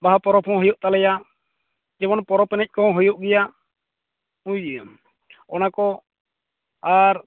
ᱵᱟᱦᱟ ᱯᱚᱨᱚᱵᱽ ᱦᱚᱸ ᱦᱩᱭᱩᱜ ᱛᱟᱞᱮᱭᱟ ᱡᱮᱢᱚᱱ ᱯᱚᱨᱚᱵᱽ ᱮᱱᱮᱡ ᱠᱚᱦᱚᱸ ᱦᱩᱭᱩᱜ ᱜᱮᱭᱟ ᱵᱩᱡ ᱠᱮᱫᱟᱢ ᱚᱱᱟ ᱠᱚ ᱟᱨ